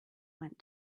went